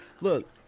look